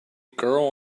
girl